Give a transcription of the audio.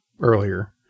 earlier